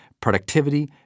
productivity